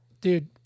Dude